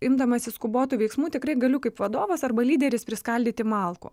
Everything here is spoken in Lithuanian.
imdamasis skubotų veiksmų tikrai galiu kaip vadovas arba lyderis priskaldyti malkų